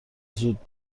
زود